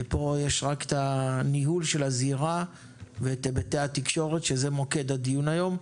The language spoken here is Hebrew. פה יש רק את הניהול של הזירה ואת היבטי התקשורת שזה מוקד הדיון היום.